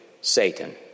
Satan